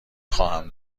خواهم